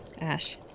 Ash